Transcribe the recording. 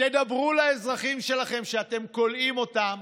תדברו אל האזרחים שלכם שאתם כולאים אותם